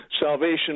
salvation